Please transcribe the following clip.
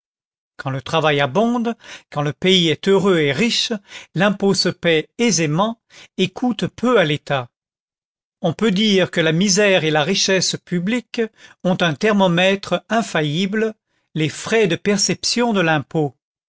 quand le travail abonde quand le pays est heureux et riche l'impôt se paye aisément et coûte peu à l'état on peut dire que la misère et la richesse publiques ont un thermomètre infaillible les frais de perception de l'impôt